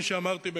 כפי שאמרתי,